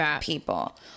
people